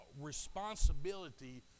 responsibility